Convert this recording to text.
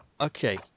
Okay